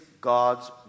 God's